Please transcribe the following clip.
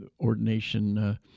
ordination